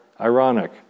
ironic